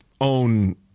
own